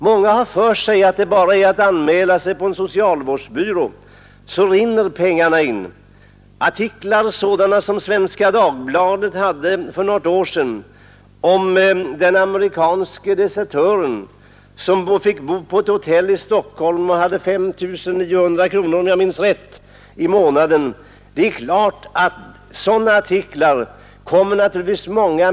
Många har för sig att det bara är att anmäla sig på en socialvårdsbyrå — sedan rinner pengarna in. Det är klart att många människor reagerar mot sådana artiklar som den Svenska Dagbladet hade för något år sedan om den amerikanske desertören, som fick bo på ett hotell i Stockholm och, om jag minns rätt, hade 5 900 kronor i bidrag i månaden.